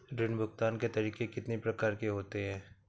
ऋण भुगतान के तरीके कितनी प्रकार के होते हैं?